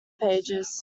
pages